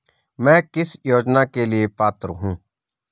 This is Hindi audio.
मैं किस योजना के लिए पात्र हूँ?